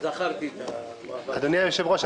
אדוני היושב-ראש,